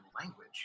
language